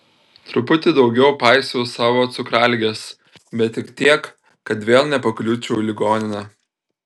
truputį daugiau paisiau savo cukraligės bet tik tiek kad vėl nepakliūčiau į ligoninę